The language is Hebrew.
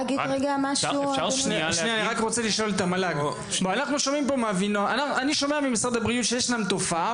אני שומע ממשרד הבריאות שיש תופעה,